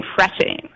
refreshing